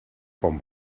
quan